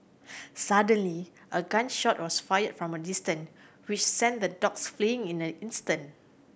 suddenly a gun shot was fired from a distant which sent the dogs fleeing in the instant